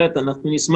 השר